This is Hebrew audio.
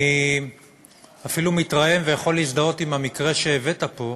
אני אפילו מתרעם ויכול להזדהות עם המקרה שהבאת פה,